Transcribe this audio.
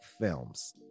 films